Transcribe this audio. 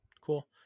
cool